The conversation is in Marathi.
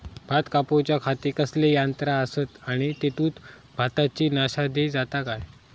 भात कापूच्या खाती कसले यांत्रा आसत आणि तेतुत भाताची नाशादी जाता काय?